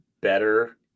better